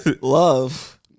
Love